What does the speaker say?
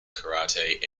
karate